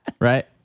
Right